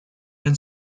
and